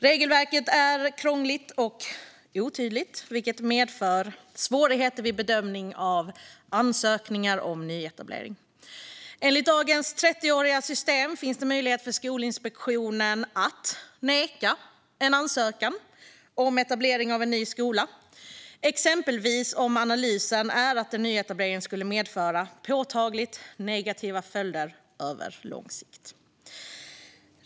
Regelverket är krångligt och otydligt, vilket medför svårigheter vid bedömning av ansökningar om nyetablering. Enligt dagens 30-åriga system finns möjlighet för Skolinspektionen att neka en ansökan om etablering av en ny skola, exempelvis om analysen visar att en nyetablering skulle medföra påtagligt negativa följder på lång sikt.